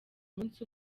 munsi